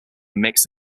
mix